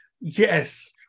yes